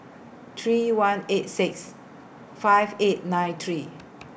three one eight six five eight nine three